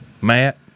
Matt